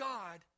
God